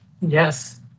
Yes